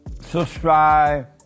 subscribe